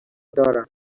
دارم